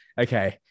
okay